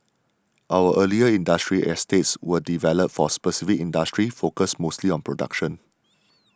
our earlier industrial estates were developed for specific industries focused mostly on production